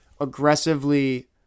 aggressively